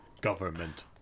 Government